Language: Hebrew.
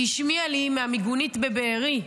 היא השמיעה לי מהמיגונית מבארי.